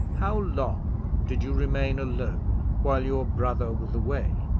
how long did you remain alone while your brother was away?